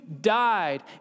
died